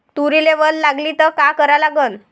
तुरीले वल लागली त का करा लागन?